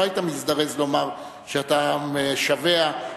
לא היית מזדרז לומר שאתה משווע לכך